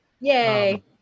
Yay